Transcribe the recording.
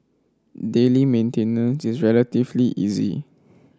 daily maintenance is relatively easy